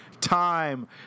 time